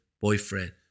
boyfriend